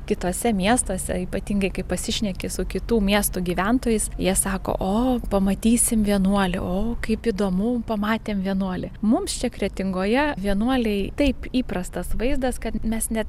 kituose miestuose ypatingai kai pasišneki su kitų miestų gyventojais jie sako o pamatysim vienuolį o kaip įdomu pamatėm vienuolį mums čia kretingoje vienuoliai taip įprastas vaizdas kad mes net